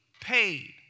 paid